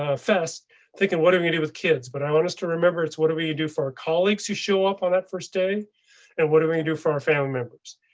ah fest thinking, what do we do with kids? but i want us to remember it's what do we do for colleagues who show up on that first day and what do we do for our family members?